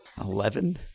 Eleven